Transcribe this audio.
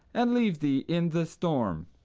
and leave thee in the storm.